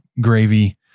gravy